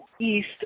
east